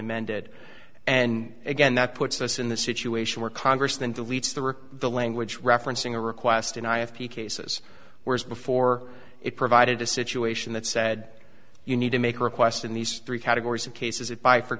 amended and again that puts us in the situation where congress then deletes the river the language referencing a request and i have p cases whereas before it provided a situation that said you need to make a request in these three categories of cases it